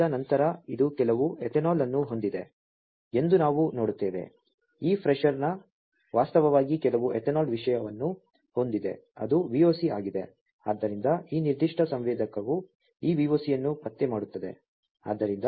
ಪರಿಚಯದ ನಂತರ ಇದು ಕೆಲವು ಎಥೆನಾಲ್ ಅನ್ನು ಹೊಂದಿದೆ ಎಂದು ನಾವು ನೋಡುತ್ತೇವೆ ಈ ಫ್ರೆಶ್ನರ್ ವಾಸ್ತವವಾಗಿ ಕೆಲವು ಎಥೆನಾಲ್ ವಿಷಯವನ್ನು ಹೊಂದಿದೆ ಅದು VOC ಆಗಿದೆ ಆದ್ದರಿಂದ ಈ ನಿರ್ದಿಷ್ಟ ಸಂವೇದಕವು ಈ VOC ಅನ್ನು ಪತ್ತೆ ಮಾಡುತ್ತದೆ